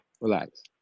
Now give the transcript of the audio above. Relax